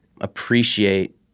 appreciate